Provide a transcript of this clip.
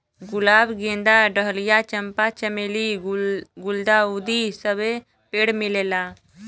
गुलाब गेंदा डहलिया चंपा चमेली गुल्दाउदी सबे पेड़ मिलेला